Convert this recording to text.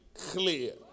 clear